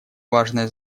важное